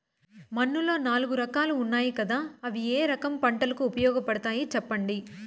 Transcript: మన్నులో నాలుగు రకాలు ఉన్నాయి కదా అవి ఏ రకం పంటలకు ఉపయోగపడతాయి చెప్పండి?